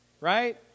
right